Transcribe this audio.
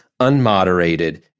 unmoderated